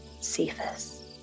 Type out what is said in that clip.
Cephas